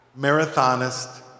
marathonist